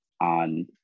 on